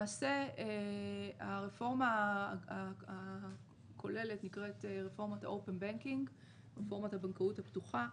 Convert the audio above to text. הרפורמה הכוללת נקראת רפורמת הבנקאות הפתוחה.